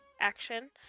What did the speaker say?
action